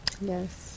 Yes